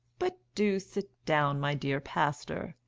but do sit down, my dear pastor.